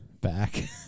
back